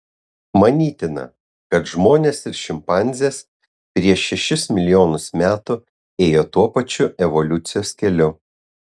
manytina kad žmonės ir šimpanzės prieš šešis milijonus metų ėjo tuo pačiu evoliucijos keliu